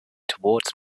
towards